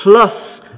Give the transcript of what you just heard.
plus